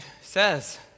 says